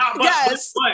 Yes